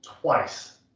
twice